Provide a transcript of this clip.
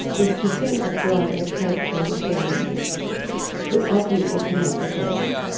is to think of god as a character in the story who obviously cannot be perfect.